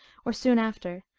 or soon after,